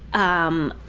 um.